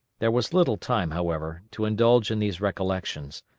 there was little time, however, to indulge in these recollections.